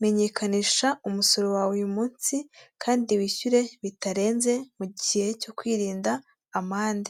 Menyekanisha umusoro wawe uyu munsi kandi wishyure bitarenze mu gihe cyo kwirinda amande.